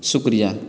شکریہ